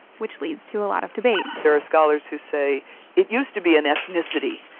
which leads to a lot of debate there are scholars who say it used to be an ethnicity.